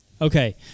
Okay